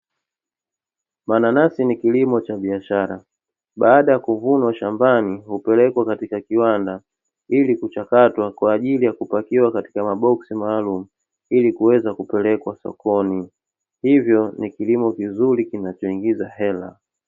Mananasi ni kilimo cha biashara. Baada ya kuvunwa shambani hupelekwa katika kiwanda ili kuchakatwa, kwa ajili ya kupakia katika maboksi maalumu ili kuweza kupelekwa sokoni, hivyo ni kilimo kizuri kinachoingiza hela.